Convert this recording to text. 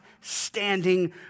standing